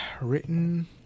written